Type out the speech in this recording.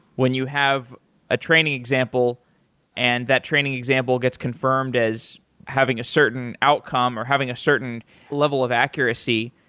when you have a training example and that training example gets confirmed as having a certain outcome or having a certain level of accuracy,